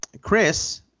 Chris